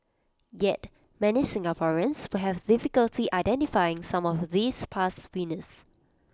yet many Singaporeans will have difficulty identifying some of these past winners